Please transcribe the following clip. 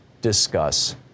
discuss